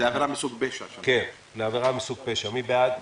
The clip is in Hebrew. יבוא "ונחיצותו" מי בעד?